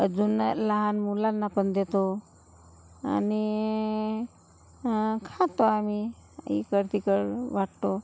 अजून लहान मुलांना पण देतो आणि खातो आम्ही इकडं तिकडं वाटतो